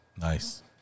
Nice